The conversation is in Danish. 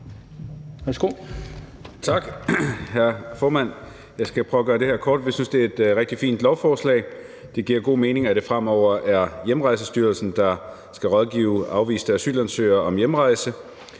Tak, hr. formand. Jeg skal prøve at gøre det her kort. Vi synes, det er et rigtig fint lovforslag. Det giver god mening, at det fremover er Hjemrejsestyrelsen, der skal rådgive afviste asylansøgere om hjemrejse.